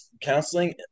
counseling